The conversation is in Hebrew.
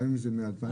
גם אם זה מ-2016.